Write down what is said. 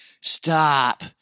stop